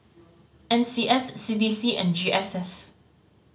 N C S C D C and G S S